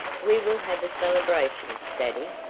we will have a celebration, daddy.